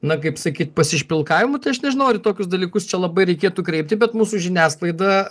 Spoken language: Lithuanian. na kaip sakyt pasišpilkavimu tai aš nežinau ar į tokius dalykus čia labai reikėtų kreipti bet mūsų žiniasklaida